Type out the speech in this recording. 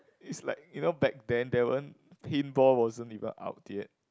is like you know back then there weren't paintball wasn't even out yet